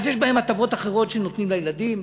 ואז יש בהן הטבות אחרות שנותנים לילדים,